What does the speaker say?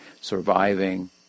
surviving